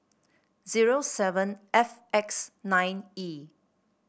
zero seven F X nine E